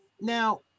Now